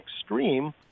extreme